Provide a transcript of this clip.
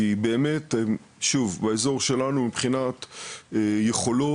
כי באמת שוב באזור שלנו מבחינת יכולות,